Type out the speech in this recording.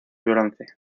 bronce